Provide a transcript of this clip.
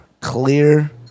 clear